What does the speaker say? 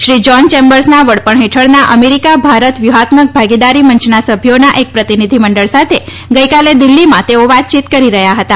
Shri John ચેમ્બર્સના વડપણ હેઠળના અમેરિકા ભારત વ્યુહાત્મક ભાગીદારી મંચના સભ્યોના એક પ્રતિનિધિ મંડળ સાથે ગઇકાલે દિલ્ફીમાં તેઓ વાતચીત કરી રહ્યા હતા